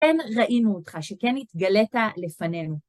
כן ראינו אותך, שכן התגלת לפנינו.